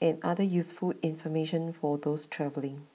and other useful information for those travelling